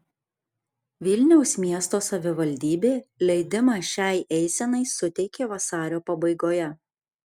vilniaus miesto savivaldybė leidimą šiai eisenai suteikė vasario pabaigoje